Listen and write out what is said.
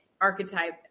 archetype